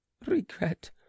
regret